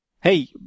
hey